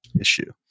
issue